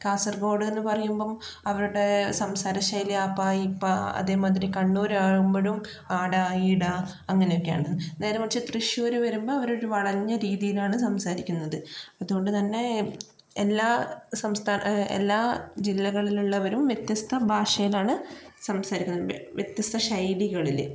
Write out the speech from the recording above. കാസർഗോഡ് എന്ന് പറയുമ്പം അവരുടെ സംസാരശൈലി അപ്പാ ഇപ്പാ അതേ മാതിരി കണ്ണൂരാവുമ്പോഴും ആടാ ഈടാ അങ്ങനൊക്കെയാണ് നേരെ മറിച്ച് തൃശൂര് വരുമ്പം അവരൊര് വളഞ്ഞ രീതിയിലാണ് സംസാരിക്കുന്നത് അതുകൊണ്ട് തന്നെ എല്ലാ സംസ്ഥാ എല്ലാ ജില്ലകളിലുള്ളവരും വ്യത്യസ്ഥ ഭാഷയിലാണ് സംസാരിക്കുന്നത് വ്യത്യസ്ഥ ശൈലികളില്